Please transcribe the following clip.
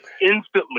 instantly